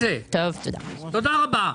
תודה רבה.